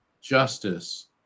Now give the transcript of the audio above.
justice